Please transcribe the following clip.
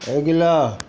अगिला